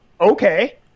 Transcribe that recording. Okay